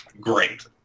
great